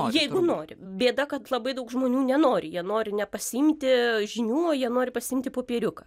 jeigu nori bėda kad labai daug žmonių nenori jie nori nepasiimti žinių o jie nori pasiimti popieriuką